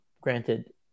granted